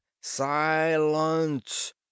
silence